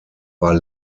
war